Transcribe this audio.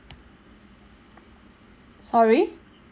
sorry